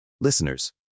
Listeners